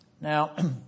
Now